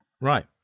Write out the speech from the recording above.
Right